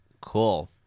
Cool